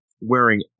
wearing